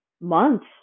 months